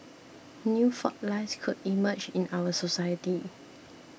new fault lines could emerge in our society